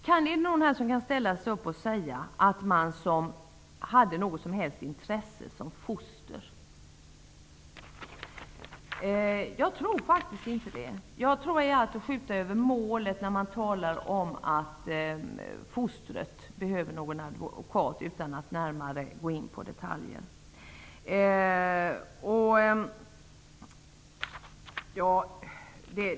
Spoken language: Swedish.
Är det någon här som kan ställa upp och säga att man hade något som helst intresse som foster? Jag tror faktiskt inte det. Jag tror att det är att skjuta över målet när man talar om att fostret behöver advokat utan att närmare gå in på detaljer.